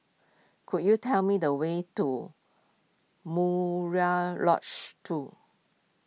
could you tell me the way to Murai Lodge two